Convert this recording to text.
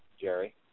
Jerry